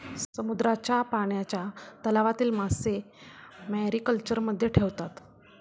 समुद्राच्या पाण्याच्या तलावातील मासे मॅरीकल्चरमध्ये ठेवतात